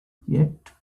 yet